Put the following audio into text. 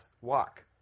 walk